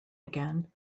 again